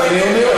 אז אני אומר,